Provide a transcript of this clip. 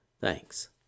Thanks